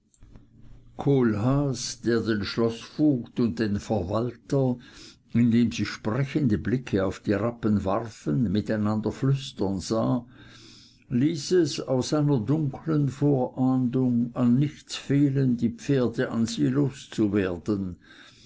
kohlhaas der den schloßvogt und den verwalter indem sie sprechende blicke auf die rappen warfen miteinander flüstern sah ließ es aus einer dunkeln vorahndung an nichts fehlen die pferde an sie